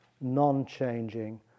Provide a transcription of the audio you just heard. non-changing